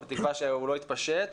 בתקווה שהוא לא יתפשט.